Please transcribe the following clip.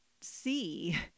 see